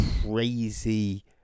crazy